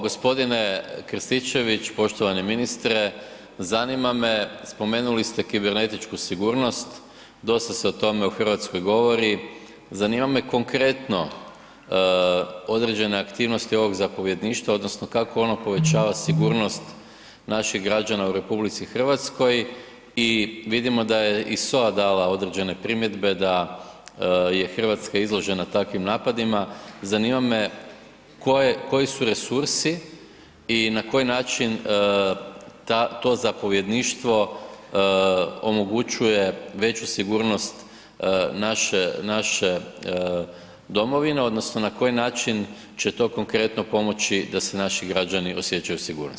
Gospodine Krstičević, poštovani ministre, zanima me, spomenuli ste kibernetičku sigurnost, dosta se o tome u RH govori, zanima me konkretno određene aktivnosti ovog zapovjedništva odnosno kako ono povećava sigurnost naših građana u RH i vidimo da je i SOA dala određene primjedbe da je RH izložena takvim napadima, zanima me koji su resursi i na koji način to zapovjedništvo omogućuje veću sigurnost naše domovine odnosno na koji način će to konkretno pomoći da se naši građani osjećaju sigurniji?